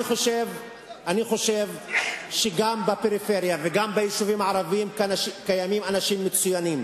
אני חושב שגם בפריפריה וגם ביישובים הערביים קיימים אנשים מצוינים.